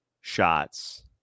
shots